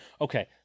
Okay